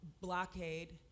blockade